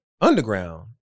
underground